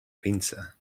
pinza